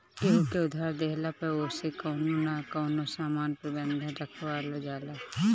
केहू के उधार देहला पअ ओसे कवनो न कवनो सामान बंधक रखवावल जाला